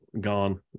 gone